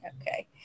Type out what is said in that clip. Okay